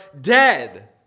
dead